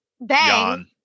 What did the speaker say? Bang